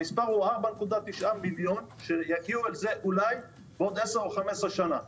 המספר הוא 4.9 מיליון שיגיעו לזה אולי בעוד 10 או 15 שנה.